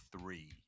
three